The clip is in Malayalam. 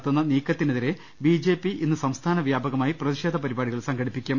നടത്തുന്ന നീക്കത്തിനെതിരെ ബിജെപി ഇന്ന് സംസ്ഥാന വ്യാപകമായി പ്രതിഷേധ പരിപാടികൾ സംഘടിപ്പിക്കും